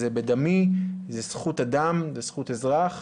זה בדמי, זה זכות אדם, זה זכות אזרח.